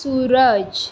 Suraj